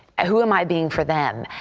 who am i being for them?